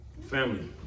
Family